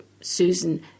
Susan